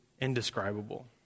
indescribable